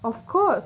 of course